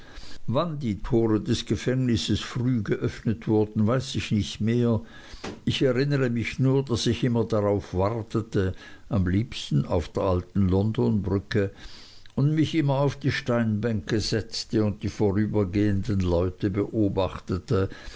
wann die tore des gefängnisses früh geöffnet wurden weiß ich nicht mehr ich erinnere mich nur daß ich immer darauf wartete am liebsten auf der alten london brücke und mich immer auf die steinbänke setzte und die vorübergehenden leute beobachtete